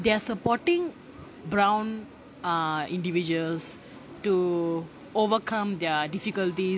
they are supporting brown ah individuals to overcome their difficulties